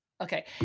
Okay